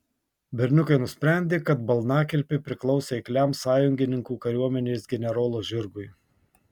berniukai nusprendė kad balnakilpė priklausė eikliam sąjungininkų kariuomenės generolo žirgui